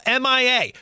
MIA